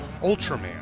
Ultraman